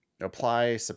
apply